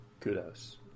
kudos